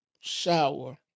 shower